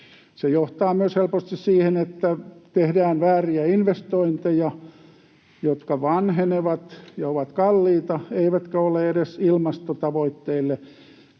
Se johtaa myös helposti siihen, että tehdään vääriä investointeja, jotka vanhenevat ja ovat kalliita eivätkä ole edes ilmastotavoitteille